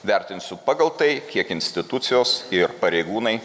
vertinsiu pagal tai kiek institucijos ir pareigūnai